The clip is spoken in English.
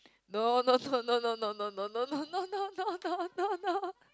no no no no no no no no no no no no no